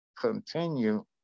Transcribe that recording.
continue